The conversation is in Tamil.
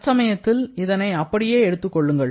தற்சமயத்தில் இதனை அப்படியே எடுத்துக் கொள்ளுங்கள்